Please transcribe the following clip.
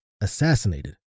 assassinated